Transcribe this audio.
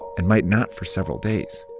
and might not for several days.